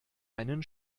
einen